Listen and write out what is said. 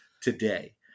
today